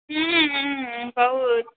हूँ हूँ बहुत